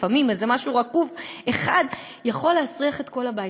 לפעמים איזה משהו רקוב יכול להסריח את כל הבית.